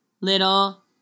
little